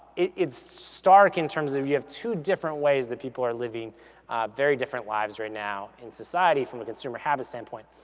it's stark in terms of you have two different ways that people are living very different lives right now in society from a consumer habit standpoint.